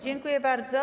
Dziękuję bardzo.